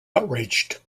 outraged